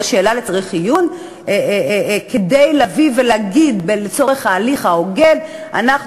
זו שאלה ל"צריך עיון" כדי לבוא ולהגיד: לצורך ההליך ההוגן אנחנו